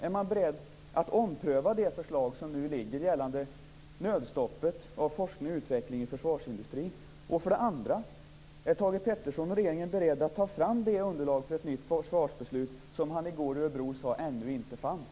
Är man beredd att ompröva det förslag som nu ligger gällande nödstoppet av forskning och utveckling inom försvarsindustrin? 2. Är Thage G Peterson och regeringen beredda att ta fram det underlag för ett nytt försvarsbeslut som han i går i Örebro sade ännu inte fanns?